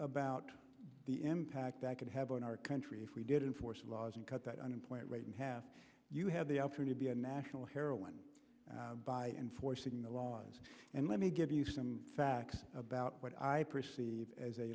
about the impact that could have on our country if we didn't force laws and cut that unemployment rate and have you have the opportunity to be a national heroine by enforcing the laws and let me give you some facts about what i perceive as a